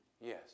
yes